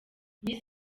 miss